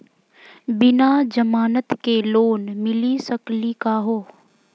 बिना जमानत के लोन मिली सकली का हो?